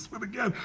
them again.